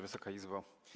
Wysoka Izbo!